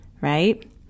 right